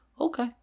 okay